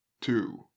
Two